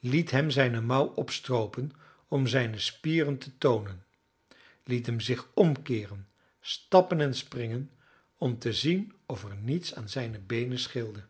liet hem zijne mouw opstroopen om zijne spieren te toonen liet hem zich omkeeren stappen en springen om te zien of er niets aan zijne beenen scheelde